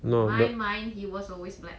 no